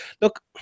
Look